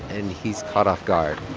and he's caught off guard